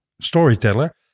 storyteller